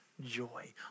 Joy